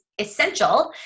essential